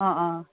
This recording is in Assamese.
অ অ